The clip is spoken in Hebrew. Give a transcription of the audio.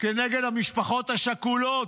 נגד המשפחות השכולות.